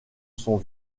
son